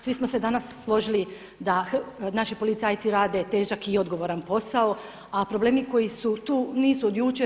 Svi smo se danas složili da naši policajci rade težak i odgovoran posao, a problemi koji su tu nisu od jučer.